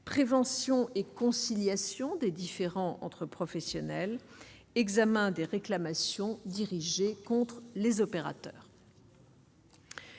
prévention et conciliation des différends entre professionnels, examen des réclamations dirigée contre les opérateurs.